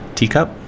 teacup